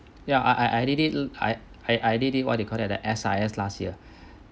ya I I did it I I I did it what do you call that the S_R_S last year